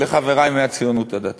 לחברי מהציונות הדתית.